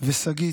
ושל שגית,